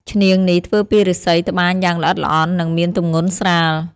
ឈ្នាង នេះធ្វើពីឫស្សីត្បាញយ៉ាងល្អិតល្អន់ និងមានទម្ងន់ស្រាល។